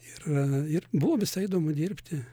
ir ir buvo visai įdomu dirbti